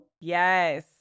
Yes